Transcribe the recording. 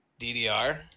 DDR